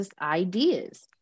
ideas